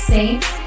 Saints